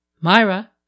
Myra